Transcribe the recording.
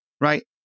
right